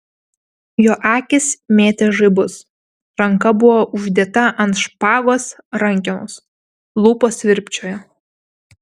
jo akys mėtė žaibus ranka buvo uždėta ant špagos rankenos lūpos virpčiojo